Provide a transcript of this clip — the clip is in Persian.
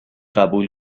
قبول